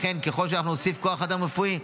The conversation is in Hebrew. לכן ככל שאנחנו נוסיף כוח אדם רפואי,